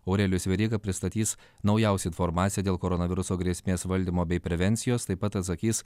aurelijus veryga pristatys naujausią informaciją dėl koronaviruso grėsmės valdymo bei prevencijos taip pat atsakys